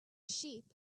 sheep